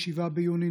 7 ביוני,